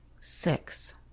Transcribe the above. six